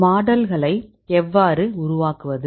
மாடல்களை எவ்வாறு உருவாக்குவது